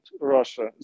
Russia